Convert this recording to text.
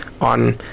on